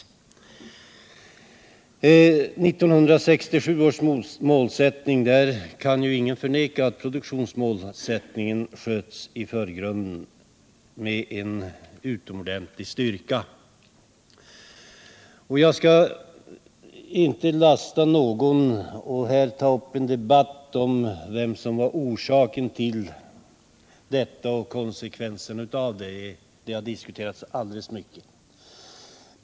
När det gäller 1967 års målsättning kan ju ingen förneka att produktionsmålet sköts i förgrunden med en utomordentlig styrka. Jag skall inte lasta någon för detta, jag skall inte ta upp en debatt om vad som var orsaken till det och jag skall inte närmare redogöra för konsekvenserna — det har diskuterats alldeles för mycket.